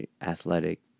athletic